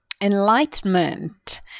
enlightenment